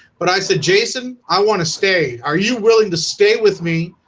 but i said jason i want to stay are you willing to stay with me?